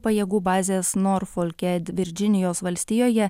pajėgų bazės norfolke virdžinijos valstijoje